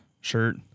shirt